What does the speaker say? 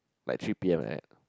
like three P_M like that